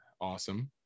Awesome